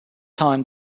time